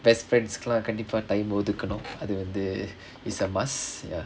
best friends கெல்லாம் கண்டிப்பா:kellaam kandippaa time ஒதுக்கனும் அது வந்து:othukkanum athu vanthu is a must ya